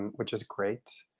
and which is great,